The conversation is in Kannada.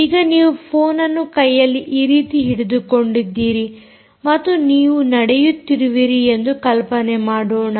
ಈಗ ನೀವು ಫೋನ್ಅನ್ನು ಕೈಯಲ್ಲಿ ಈ ರೀತಿ ಹಿಡಿದುಕೊಂಡಿದ್ದೀರಿ ಮತ್ತು ನೀವು ನಡೆಯುತ್ತಿರುವಿರಿ ಎಂದು ಕಲ್ಪನೆ ಮಾಡೋಣ